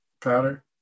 powder